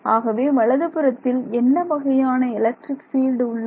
ஆகவே வலதுபுறத்தில் என்ன வகையான எலக்ட்ரிக் ஃபீல்டு உள்ளது